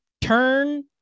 turn